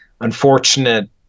unfortunate